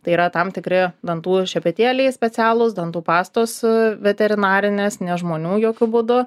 tai yra tam tikri dantų šepetėliai specialūs dantų pastos veterinarinės ne žmonių jokiu būdu